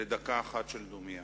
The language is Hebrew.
לדקה אחת של דומייה.